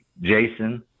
Jason